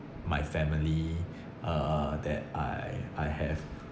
my family uh that I I have